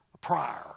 prior